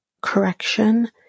correction